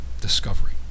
discovery